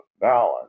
balance